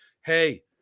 hey